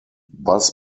bus